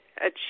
achieve